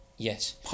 Yes